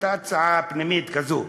הייתה הצעה פנימית כזאת,